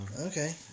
Okay